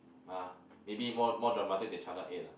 ah maybe more more dramatic than channel eight lah